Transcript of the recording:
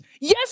Yes